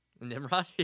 nimrod